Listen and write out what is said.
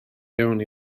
iawn